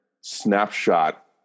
snapshot